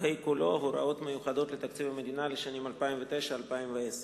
כ"ה כולו (הוראות מיוחדות לתקציב המדינה לשנים 2009 ו-2010);